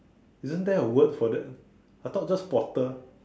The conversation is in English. isn't there a word for that I thought just potter